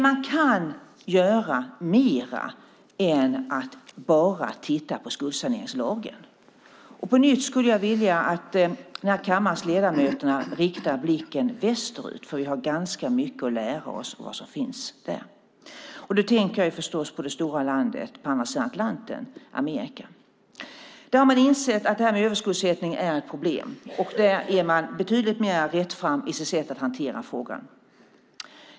Man kan göra mer än bara titta på skuldsaneringslagen. Jag skulle på nytt vilja att kammarens ledamöter riktar blickarna västerut. Vi har ganska mycket att lära oss av det som finns där. Jag tänker förstås på det stora landet på andra sidan Atlanten, Amerika. Där har man insett att överskuldsättning är ett problem. Man är betydligt mer rättfram i sitt sätt att hantera frågan.